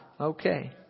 Okay